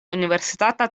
universitata